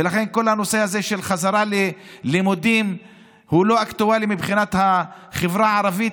כל הנושא הזה של חזרה ללימודים לא אקטואלי מבחינת החברה הערבית,